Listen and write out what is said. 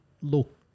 look